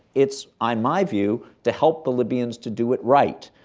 it's, on my view, to help the libyans to do it right,